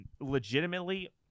legitimately